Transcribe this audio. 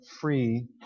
free